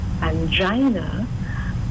angina